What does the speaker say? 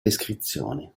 descrizioni